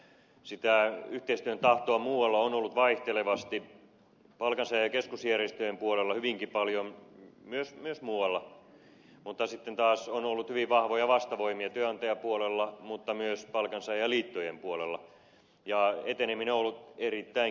sitä yhteistyön tahtoa muualla on ollut vaihtelevasti palkansaajien keskusjärjestöjen puolella hyvinkin paljon myös muualla mutta sitten taas on ollut hyvin vahvoja vastavoimia työnantajapuolella mutta myös palkansaajaliittojen puolella ja eteneminen on ollut erittäin kivuliasta